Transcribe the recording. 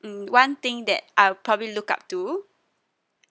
mm one thing that I'll probably look up to